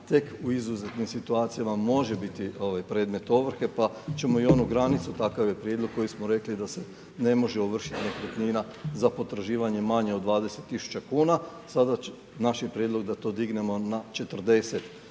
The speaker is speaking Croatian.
tek u izuzetnim situacijama može biti ovaj predmet ovrhe, pa ćemo i onu granicu, takav je prijedlog koji smo rekli da se ne može ovršiti nekretnina za potraživanje manje od 20 tisuća kuna, sada naše je prijedlog da to dignemo na 40.